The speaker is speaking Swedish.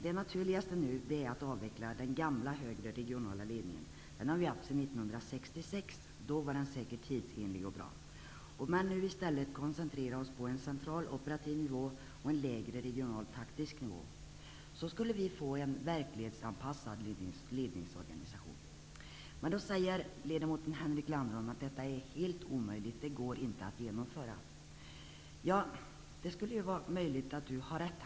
Det naturligaste är nu att avveckla den gamla högre regionala ledningen -- den har vi haft sedan 1966, då var den säkert tidsenlig och bra -- och i stället koncentrera oss på en central operativ nivå och en lägre regional taktisk nivå. Så skulle vi få en verklighetsanpassad ledningsorganisation. Henrik Landerholm säger att det är helt omöjligt. Det går inte att genomföra. Det är möjligt att Henrik Landerholm har rätt.